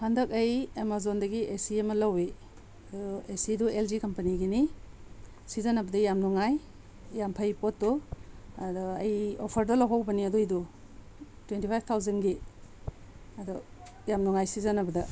ꯍꯟꯗꯛ ꯑꯩ ꯑꯦꯃꯥꯖꯣꯟꯗꯒꯤ ꯑꯦ ꯁꯤ ꯑꯃ ꯂꯧꯏ ꯑꯗꯣ ꯑꯦ ꯁꯤꯗꯨ ꯑꯦꯜ ꯖꯤ ꯀꯝꯄꯅꯤꯒꯤꯅꯤ ꯁꯤꯖꯟꯅꯕꯗ ꯌꯥꯝ ꯅꯨꯡꯉꯥꯏ ꯌꯥꯝ ꯐꯩ ꯄꯣꯠꯇꯣ ꯑꯗꯨ ꯑꯩ ꯑꯣꯐꯔꯗ ꯂꯍꯧꯕꯅꯤ ꯑꯗꯨꯏꯗꯨ ꯇ꯭ꯋꯦꯟꯇꯤ ꯐꯥꯏꯚ ꯊꯥꯎꯖꯟꯒꯤ ꯑꯗꯨ ꯌꯥꯝ ꯅꯨꯡꯉꯥꯏ ꯁꯤꯖꯟꯅꯕꯗ